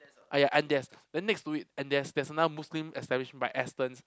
ah ya Andes then next to it and there's there's another Muslim establishment by Astons